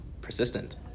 persistent